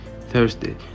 Thursday